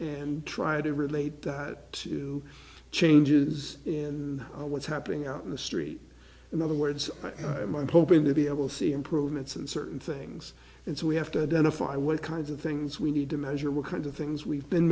and try to relate that to changes in what's happening out in the street in other words i'm i'm hoping to be able to see improvements in certain things and so we have to identify what kinds of things we need to measure what kinds of things we